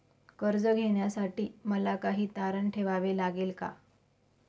कर्ज घेण्यासाठी मला काही तारण ठेवावे लागेल का?